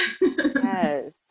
Yes